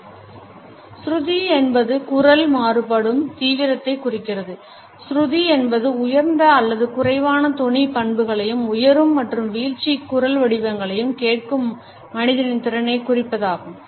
slide நேரம் பார்க்கவும் 1516 சுருதி என்பது குரல் மாறுபடும் தீவிரத்தை குறிக்கிறதுசுருதி என்பது உயர்ந்த அல்லது குறைவான தொனி பண்புகளையும் உயரும் மற்றும் வீழ்ச்சி குரல் வடிவங்களையும் கேட்கும் மனிதனின் திறனைக் குறிப்பதாகும்